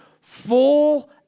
full